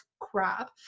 crap